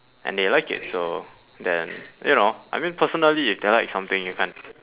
and they like it so then you know I mean personally if they like something you can't